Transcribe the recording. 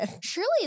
Surely